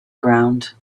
ground